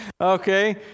Okay